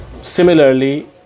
Similarly